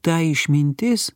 ta išmintis